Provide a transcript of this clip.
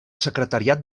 secretariat